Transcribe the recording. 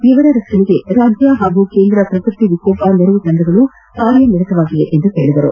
ಇವರ ರಕ್ಷಣೆಗೆ ರಾಜ್ಯ ಹಾಗೂ ಕೇಂದ್ರ ಶ್ರಕೃತಿ ವಿಕೋಪ ನೆರವು ತಂಡಗಳು ಕಾರ್ಯನಿರತವಾಗಿವೆ ಎಂದು ಹೇಳಿದರು